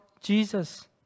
Jesus